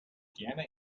gerne